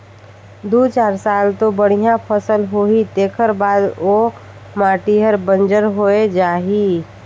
दू चार साल तो बड़िया फसल होही तेखर बाद ओ माटी हर बंजर होए जाही